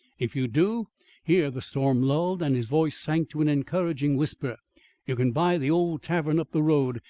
if you do here the storm lulled and his voice sank to an encouraging whisper you can buy the old tavern up the road.